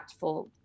impactful